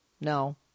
no